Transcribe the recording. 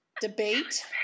debate